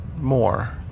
more